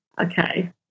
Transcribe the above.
okay